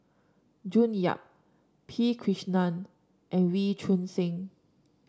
June Yap P Krishnan and Wee Choon Seng